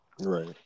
Right